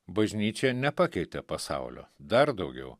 bažnyčia nepakeitė pasaulio dar daugiau